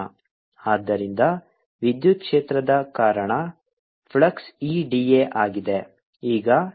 ಆದ್ದರಿಂದ ವಿದ್ಯುತ್ ಕ್ಷೇತ್ರದ ಕಾರಣ ಫ್ಲಕ್ಸ್ E da ಆಗಿದೆ